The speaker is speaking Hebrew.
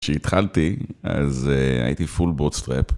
כשהתחלתי, אז הייתי פול בוטסטרפ.